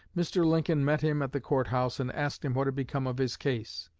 mr. lincoln met him at the court-house and asked him what had become of his case.